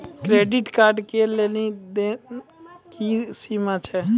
Credit card के लेन देन के की सीमा छै?